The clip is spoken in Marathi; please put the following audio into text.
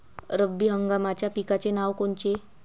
रब्बी हंगामाच्या पिकाचे नावं कोनचे?